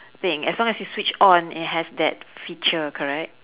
thing as long as you switch on it has that feature correct